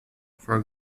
for